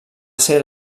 ser